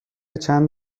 چند